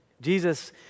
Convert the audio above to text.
Jesus